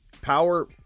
Power